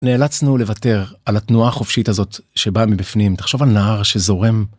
נאלצנו לוותר על התנועה החופשית הזאת, שבאה מבפנים, תחשוב על נהר שזורם